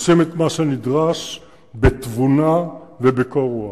עושים את מה שנדרש בתבונה ובקור-רוח.